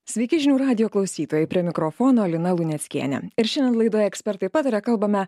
sveiki žinių radijo klausytojai prie mikrofono lina luneckienė ir šiandien laidoje ekspertai pataria kalbame